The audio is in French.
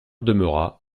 demeura